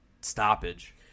stoppage